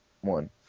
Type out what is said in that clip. one